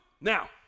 Now